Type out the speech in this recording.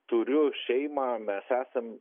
turiu šeimą mes esam